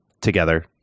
together